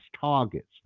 targets